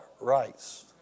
rights